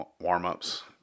warm-ups